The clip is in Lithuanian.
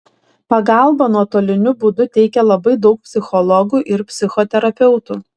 pagalbą nuotoliniu būdu teikia labai daug psichologų ir psichoterapeutų